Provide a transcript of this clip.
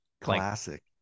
Classic